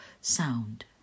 sound